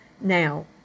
now